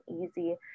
easy